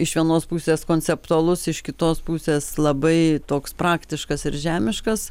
iš vienos pusės konceptualus iš kitos pusės labai toks praktiškas ir žemiškas